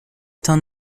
تان